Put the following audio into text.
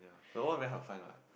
the one very hard to find what